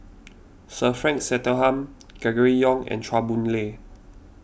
Sir Frank Swettenham Gregory Yong and Chua Boon Lay